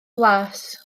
las